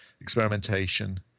experimentation